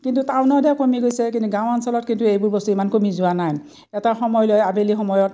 কিন্তু টাউনত হে কমি গৈছে কিন্তু গাঁও অঞ্চলত কিন্তু এইবোৰ বস্তু ইমান কমি যোৱা নাই এটা সময় লৈ আবেলি সময়ত